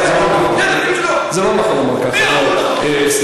אני לא שר החקלאות ואני לא אחראי על זה.